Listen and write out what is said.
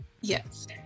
Yes